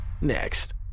Next